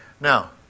Now